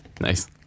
Nice